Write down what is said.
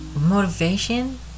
motivation